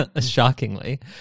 shockingly